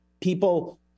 people